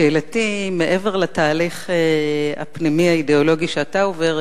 שאלתי אם מעבר לתהליך הפנימי האידיאולוגי שאתה עובר,